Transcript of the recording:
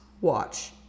watch